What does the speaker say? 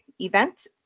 event